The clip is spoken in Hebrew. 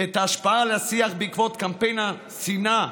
את ההשפעה על השיח בעקבות קמפיין השנאה